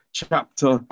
chapter